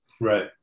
Right